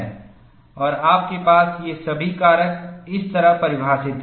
और आपके पास ये सभी कारक इस तरह परिभाषित हैं